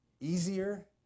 easier